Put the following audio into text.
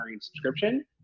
subscription